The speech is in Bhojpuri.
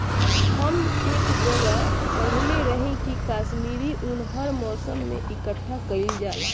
हम एक जगह पढ़ले रही की काश्मीरी उन हर मौसम में इकठ्ठा कइल जाला